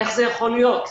איך זה יכול להיות,